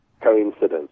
coincidence